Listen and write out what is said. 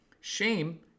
shame